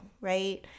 right